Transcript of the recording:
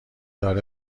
داره